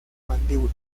mandíbula